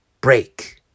Break